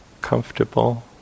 comfortable